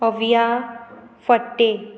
अविया Phadte